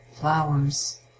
flowers